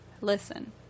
Listen